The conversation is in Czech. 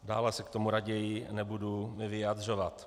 Dále se k tomu raději nebudu vyjadřovat.